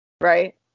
Right